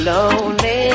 Lonely